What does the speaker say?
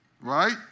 right